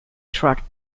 tracked